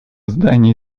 здании